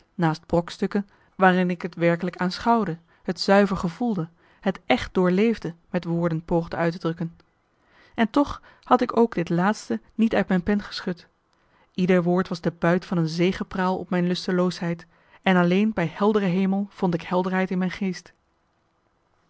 naast brokstukken waarin ik het werkelijk aanschouwde het zuiver gevoelde het echt doorleefde met woorden poogde uit te drukken en marcellus emants een nagelaten bekentenis toch had ik ook dit laatste niet uit mijn pen geschud ieder woord was de buit van een zegepraal op mijn lusteloosheid en alleen bij heldere hemel vond ik helderheid in mijn geest